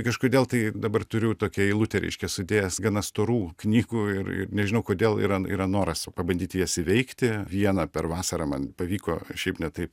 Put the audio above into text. kažkodėl tai dabar turiu tokią eilutę reiškia sudėjęs gana storų knygų ir ir nežinau kodėl yra yra noras pabandyti jas įveikti vieną per vasarą man pavyko šiaip ne taip